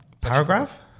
Paragraph